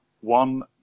One